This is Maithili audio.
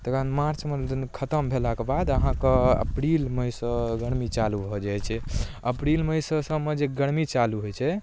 तकरबाद मार्चमे खतम भेलाके बाद अहाँ कऽ अप्रील मइसँ गर्मी चालू भऽ जाइत छै अप्रील मइसँ सबमे जे गर्मी चालू होइत छै